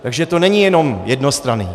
Takže to není jenom jednostranný.